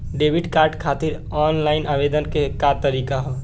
Debit card खातिर online आवेदन के का तरीकि ह?